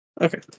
Okay